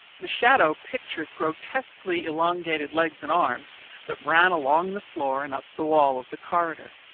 the shadow pictured grotesquely elongated legs and arms that ran along the floor and up the wall of the corridor.